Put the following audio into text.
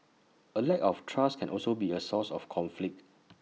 A lack of trust can also be A source of conflict